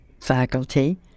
faculty